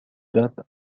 date